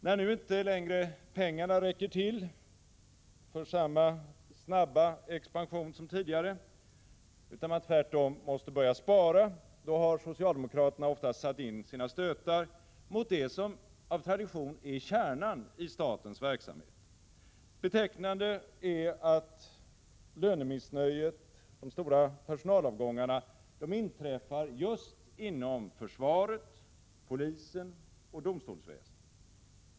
När pengarna inte längre räcker till för samma snabba expansion som tidigare utan man tvärtom måste börja spara, då har socialdemokraterna oftast satt in sina stötar mot det som av tradition är kärnan i statens verksamhet. Betecknande är att lönemissnöjet och de stora personalavgångarna inträffar just inom försvaret, polisen och domstolsväsendet.